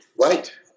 Right